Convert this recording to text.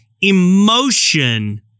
emotion